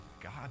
God